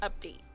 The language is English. update